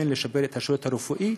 ואכן לשפר את השירות הרפואי